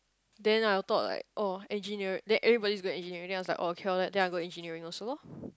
then I would thought like oh engineering then everybody go into engineering I was like oh okay then I got engineering also {lor]